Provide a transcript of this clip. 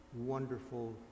wonderful